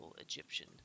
Egyptian